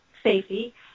Safety